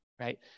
right